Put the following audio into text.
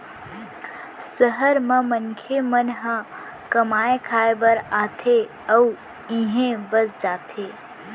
सहर म मनखे मन ह कमाए खाए बर आथे अउ इहें बस जाथे